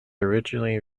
originally